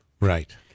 right